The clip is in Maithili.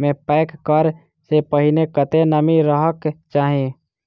मे पैक करऽ सँ पहिने कत्ते नमी रहक चाहि?